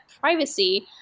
privacy